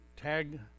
Tag